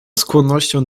skłonnością